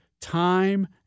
time